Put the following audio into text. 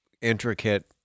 intricate